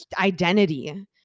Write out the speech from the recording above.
identity